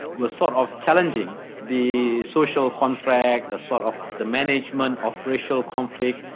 was sort of challenging the social contract, the sort of the management of racial conflict,